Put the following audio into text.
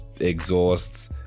exhausts